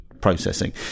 processing